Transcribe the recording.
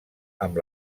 amb